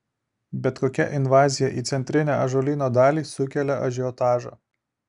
bet kokia invazija į centrinę ąžuolyno dalį sukelia ažiotažą